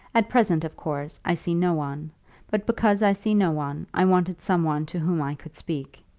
at present, of course, i see no one but because i see no one, i wanted some one to whom i could speak.